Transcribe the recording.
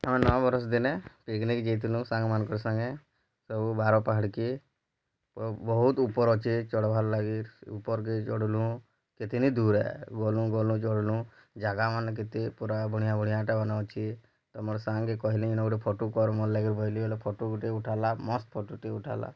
ଆମେ ନୂଆ ବରଷ୍ ଦିନେ ପିକନିକ୍ ଯେଇଥିଲୁ ସାଙ୍ଗ ମାନକର୍ ସଙ୍ଗେ ସବୁ ବାର୍ ପାହାଡ଼ିକେ ବହୁତ ଉପର୍ ଅଛେ ଚଢ଼ବାର୍ ଲାଗି ଉପର୍ କେ ଚଢ଼ଲୁ କେତିନି ଦୂରେ ଗଲୁ ଗଲୁ ଚଢ଼ଲୁ ଜାଗାମାନେ କେତେ ପୁରା ବଢ଼ିଆ ବଢ଼ିଆ ଅଛି ଆମର୍ ସାଙ୍ଗ କହିଲି ନ ଗୁଟେ ଫଟୁ କର୍ ମୋର୍ ଲାଗି ବୋଇଲି ଗୁଟେ ଫଟୁ ଗୁଟେ ଉଠାଲା ମସ୍ତ ଫଟୁଟେ ଉଠାଲା